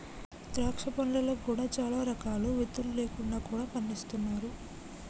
ద్రాక్ష పండ్లలో కూడా చాలా రకాలు విత్తులు లేకుండా కూడా పండిస్తున్నారు